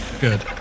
Good